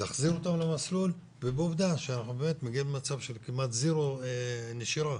להחזיר אותם למסלול ועובדה שאנחנו מגיעים למצב של כמעט אפס נשירה.